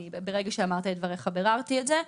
ברגע שאמרת את דבריך, ביררתי את זה.